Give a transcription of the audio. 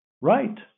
Right